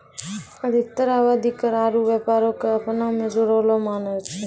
अधिकतर आवादी कर आरु व्यापारो क अपना मे जुड़लो मानै छै